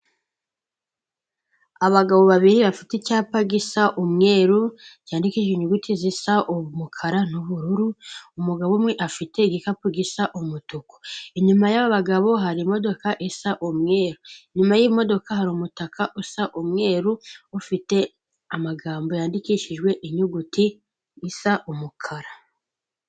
Abagabo babiri bafite icyapa gisa umweru, cyandikishije inyuguti zisa umukara n'ubururu, umugabo umwe afite igikapu gisa umutuku, inyuma yabo bagabo hari imodoka isa umweru, inyuma y'imodoka hari umutaka usa umweru, ufite amagambo yandikishijwe inyuguti isa umukara.